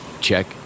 check